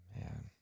Man